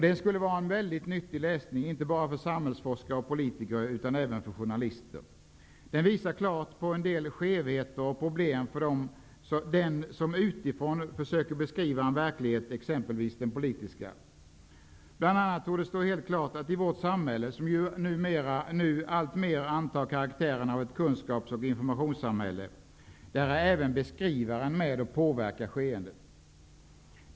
Den skulle vara en mycket nyttig läsning, inte bara för samhällsforskare och politiker utan även för journalister. Den visar klart på en del skevheter och problem för den som utifrån försöker beskriva en verklighet, exempelvis den politiska. Bl.a. torde det stå helt klart att även beskrivaren är med och påverkar skeendet i vårt samhälle, som nu alltmer antar karaktären av ett kunskaps och informationssamhälle.